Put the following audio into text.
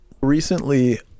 Recently